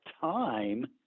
time